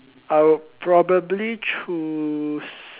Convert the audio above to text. I would probably choose